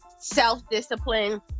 self-discipline